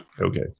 Okay